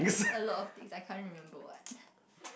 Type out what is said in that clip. a lot of thing I can't remember what